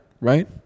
Right